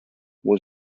was